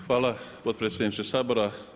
Hvala potpredsjedniče Sabora.